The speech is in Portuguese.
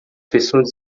pessoas